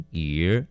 year